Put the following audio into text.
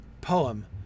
poem